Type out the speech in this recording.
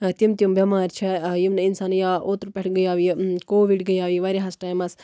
تِم تِم بیمارِ چھےٚ یِم نہٕ اِنسان یا اوترٕ پٮ۪ٹھٕ گٔیو یہِ کووِڈ گٔیو یہِ واریاہَس ٹایمَس